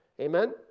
Amen